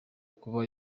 kuba